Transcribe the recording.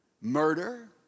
Murder